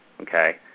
Okay